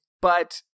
But-